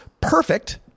perfect